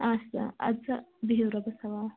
آسا اَدٕ سا بِہِو رۄبس حوال